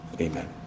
Amen